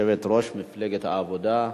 יושבת-ראש מפלגת העבודה.